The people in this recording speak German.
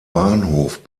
bahnhof